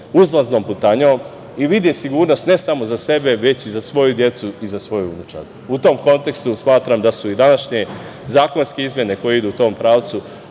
uzlaznom putanjom i vide sigurnost ne samo za sebe, već i za svoju decu i za svoju unučad.U tom kontekstu smatram da su i današnje zakonske izmene koje idu u tom pravcu